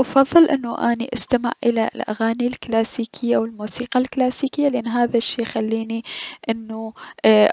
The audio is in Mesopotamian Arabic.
افضل انو اني استمع الى الأغاني الكلاسيكية و الموسيقى الكلاسيكية لأن هذا الضي يخليني انو اي